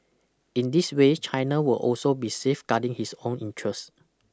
in this way China will also be safeguarding his own interests